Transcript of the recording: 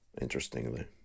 interestingly